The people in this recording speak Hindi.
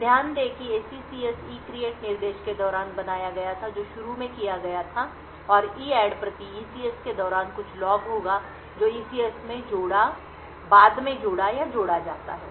तो ध्यान दें कि SECS ECREATE निर्देश के दौरान बनाया गया था जो शुरू में किया गया था और EADD प्रति ECS के दौरान कुछ लॉग होगा जो ECS में जोड़ा या जोड़ा जाता है